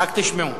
רק תשמעו.